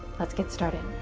let's get started.